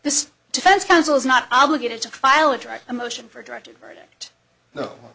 this defense counsel is not obligated to file a drug a motion for directed verdict no